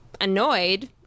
annoyed